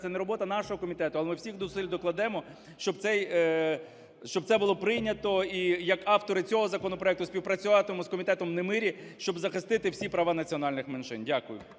це не робота нашого комітету, але ми всіх зусиль докладемо, щоб цей… щоб це було прийнято і як автор і цього законопроекту співпрацюватиму з комітетом Немирі, щоб захистити всі права національних меншин. Дякую.